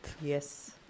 Yes